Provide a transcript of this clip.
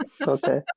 okay